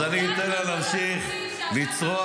אז אני אתן לה להמשיך לצרוח.